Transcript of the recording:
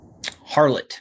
harlot